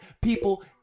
People